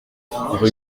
rue